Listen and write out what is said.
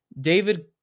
David